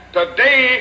today